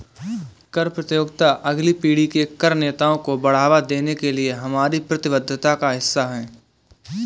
कर प्रतियोगिता अगली पीढ़ी के कर नेताओं को बढ़ावा देने के लिए हमारी प्रतिबद्धता का हिस्सा है